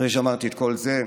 אחרי שאמרתי את כל זה,